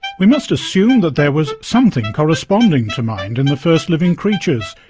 we must assume that there was something corresponding to mind in the first living creatures,